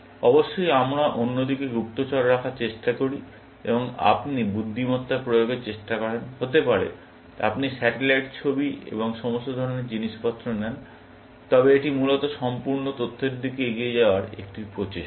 অবশ্যই আমরা অন্য দিকে গুপ্তচর রাখার চেষ্টা করি এবং আপনি বুদ্ধিমত্তা প্রয়োগের চেষ্টা করেন হতে পারে আপনি স্যাটেলাইট ছবি এবং সমস্ত ধরণের জিনিসপত্র নেন তবে এটি মূলত সম্পূর্ণ তথ্যের দিকে এগিয়ে যাওয়ার একটি প্রচেষ্টা